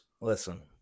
listen